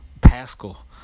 Pascal